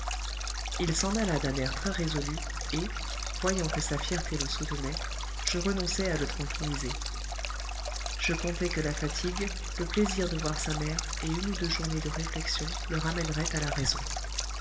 il s'en alla d'un air très résolu et voyant que sa fierté le soutenait je renonçai à le tranquilliser je comptai que la fatigue le plaisir de voir sa mère et une ou deux journées de réflexion le ramèneraient à la raison